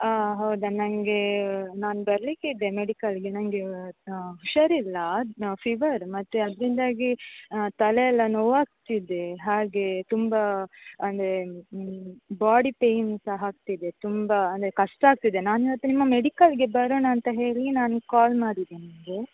ಹಾಂ ಹೌದಾ ನನಗೆ ನಾನು ಬರಲಿಕ್ಕೆ ಇದ್ದೆ ಮೆಡಿಕಲ್ಗೆ ನನಗೆ ಹುಷಾರಿಲ್ಲ ಫಿವರ್ ಮತ್ತು ಅದರಿಂದಾಗಿ ತಲೆಯೆಲ್ಲ ನೋವಾಗ್ತಿದೆ ಹಾಗೆ ತುಂಬ ಅಂದರೆ ಬಾಡಿ ಪೇಯ್ನ್ ಸಹ ಆಗ್ತಿದೆ ತುಂಬ ಅಂದರೆ ಕಷ್ಟ ಆಗ್ತಿದೆ ನಾನು ಇವತ್ತು ನಿಮ್ಮ ಮೆಡಿಕಲ್ಗೆ ಬರೋಣ ಅಂತ ಹೇಳಿ ನಾನು ಕಾಲ್ ಮಾಡಿದ್ದೆ ನಿಮಗೆ